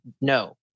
no